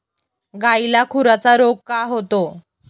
गायीला खुराचा रोग का होतो?